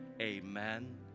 Amen